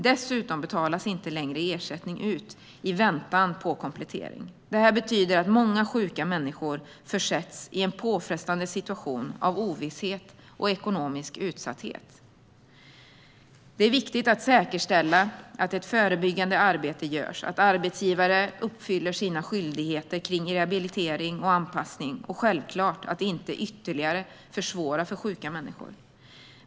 Dessutom betalas ersättning inte längre ut i väntan på komplettering. Detta betyder att många sjuka människor försätts i en påfrestande situation av ovisshet och ekonomisk utsatthet. Det är viktigt att säkerställa att ett förbyggande arbete görs, att arbetsgivare uppfyller sina skyldigheter för rehabilitering och anpassning och, självklart, att man inte försvårar ytterligare för sjuka människor.